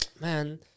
man